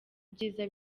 ibyiza